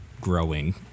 growing